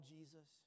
Jesus